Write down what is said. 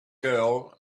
girl